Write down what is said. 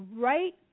right